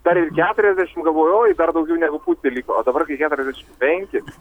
dar ir keturiasdešim galvoju oj dar daugiau negu pusė liko o dabar kai keturiasdešim penki